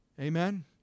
Amen